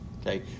Okay